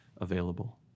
available